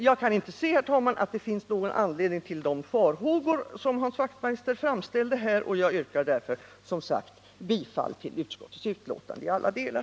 Jag kan inte se att det finns någon anledning till de farhågor som Hans Wachtmeister framställde, och jag yrkar därför som sagt bifall till utskottets hemställan i alla delar.